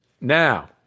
Now